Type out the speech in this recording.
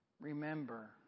Remember